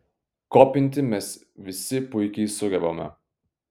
kopinti mes visi puikiai sugebame